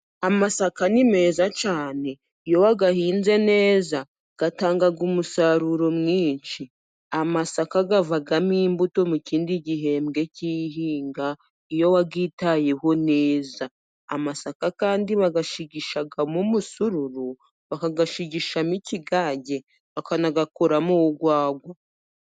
Amasaka ni meza cyane. Iyo wayahinze neza atanga umusaruro mwinshi. Amasaka avamo imbuto mu kindi gihembwe cy'ihinga, iyo wayitayeho neza. Amasaka kandi bayashigishamo umusururu, bakayashigishamo ikigage, bakanayakuramo urwagwa.